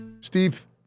Steve